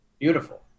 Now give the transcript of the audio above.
Beautiful